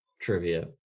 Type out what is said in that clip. trivia